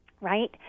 right